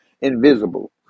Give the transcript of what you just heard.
invisible